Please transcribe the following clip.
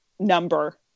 number